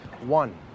one